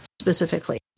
specifically